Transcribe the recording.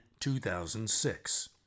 2006